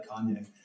Kanye